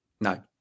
No